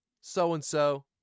so-and-so